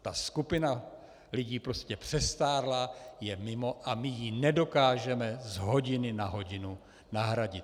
Ta skupina lidí prostě přestárla, je mimo a my ji nedokážeme z hodiny na hodinu nahradit.